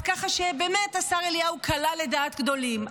אז ככה שבאמת השר אליהו קלע לדעת גדולים.